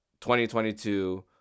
2022